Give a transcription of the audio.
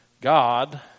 God